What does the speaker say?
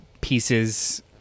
pieces